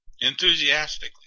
enthusiastically